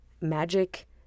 Magic